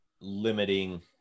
limiting